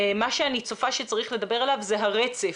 מה שאני צופה שצריך לדבר עליו זה הרצף,